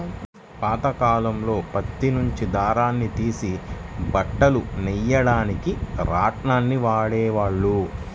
పాతకాలంలో పత్తి నుంచి దారాన్ని తీసి బట్టలు నెయ్యడానికి రాట్నాన్ని వాడేవాళ్ళు